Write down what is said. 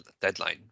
deadline